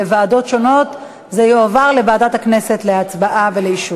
לוועדה שתקבע ועדת הכנסת נתקבלה.